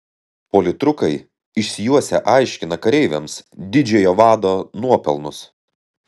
politrukai išsijuosę aiškina kareiviams didžiojo vado nuopelnus